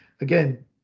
again